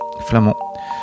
flamand